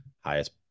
highest